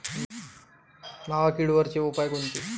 मावा किडीवरचे उपाव कोनचे?